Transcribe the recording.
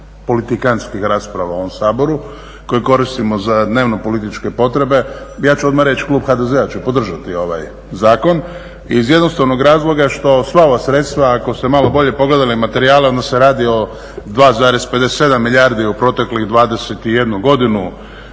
politikantskih rasprava u ovom Saboru koji koristimo za dnevno političke potrebe. Ja ću odmah reći, klub HDZ-a će podržati ovaj zakon iz jednostavnog razloga što sva ova sredstva ako ste malo bolje pogledali materijali, da se radi o 2,57 milijardi u proteklih 21 godinu